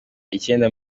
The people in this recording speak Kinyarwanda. icyenda